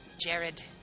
Jared